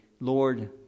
Lord